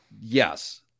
Yes